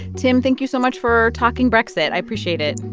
tim, thank you so much for talking brexit. i appreciate it